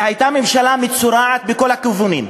היא הייתה ממשלה מצורעת מכל הכיוונים,